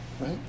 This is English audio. right